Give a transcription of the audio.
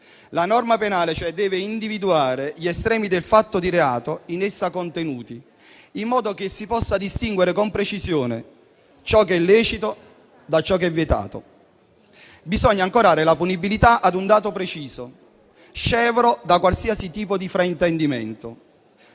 La norma penale, cioè, deve individuare gli estremi del fatto di reato in essa contenuti, in modo che si possa distinguere con precisione ciò che è lecito da ciò che è vietato. Bisogna ancorare la punibilità a un dato preciso, scevro da qualsiasi tipo di fraintendimento.